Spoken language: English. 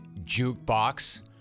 Jukebox